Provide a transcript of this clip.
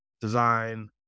design